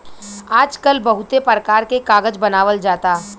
आजकल बहुते परकार के कागज बनावल जाता